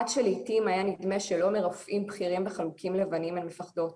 עד שלעיתים היה נדמה שלא מרופאים בכירים וחלוקים לבנים הן מפחדות,